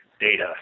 data